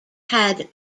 had